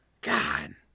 God